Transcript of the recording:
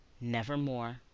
nevermore